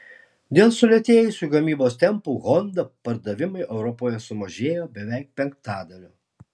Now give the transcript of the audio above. dėl sulėtėjusių gamybos tempų honda pardavimai europoje sumažėjo beveik penktadaliu